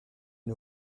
une